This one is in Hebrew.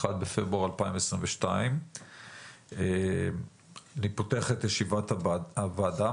1 בפברואר 2022. אני פותח את ישיבת הוועדה,